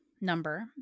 number